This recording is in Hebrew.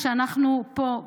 כשאנחנו פה,